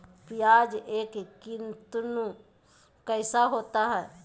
प्याज एम कितनु कैसा होता है?